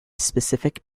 specific